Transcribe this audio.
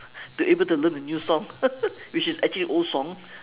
to able to learn a new song which is actually old song